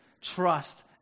Trust